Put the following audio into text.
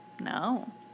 No